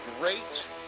great